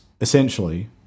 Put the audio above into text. essentially